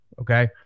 okay